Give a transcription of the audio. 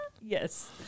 Yes